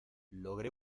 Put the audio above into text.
logré